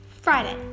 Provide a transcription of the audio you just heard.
Friday